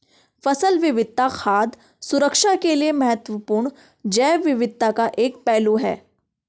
फसल विविधता खाद्य सुरक्षा के लिए महत्वपूर्ण जैव विविधता का एक पहलू है